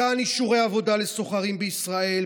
מתן אישורי עבודה לסוחרים בישראל,